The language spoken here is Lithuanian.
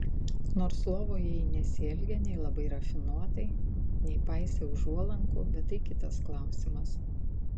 nors lovoje ji nesielgė nei labai rafinuotai nei paisė užuolankų bet tai kitas klausimas